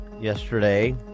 yesterday